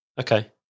Okay